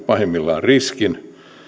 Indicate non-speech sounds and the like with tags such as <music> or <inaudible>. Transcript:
<unintelligible> pahimmillaan riskin